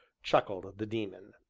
chuckled the daemon.